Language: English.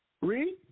Read